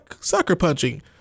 sucker-punching